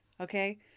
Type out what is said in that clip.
okay